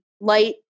Light